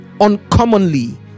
uncommonly